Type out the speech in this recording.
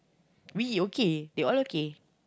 we okay they all okay